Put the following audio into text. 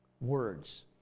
Words